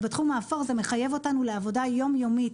ובתחום האפור זה מחייב אותנו לעבודה יום יומית.